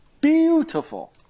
beautiful